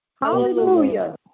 Hallelujah